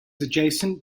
adjacent